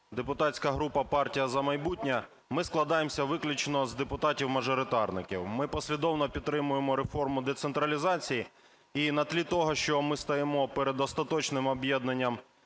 Депутатська група, партія "За майбутнє". Ми складаємося виключно з депутатів-мажоритарників, ми послідовно підтримуємо реформу децентралізації, і на тлі того, що ми стоїмо перед остаточним об'єднанням